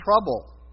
trouble